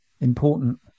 important